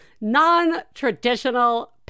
non-traditional